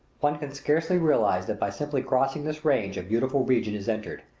one can scarcely realize that by simply crossing this range a beautiful region is entered,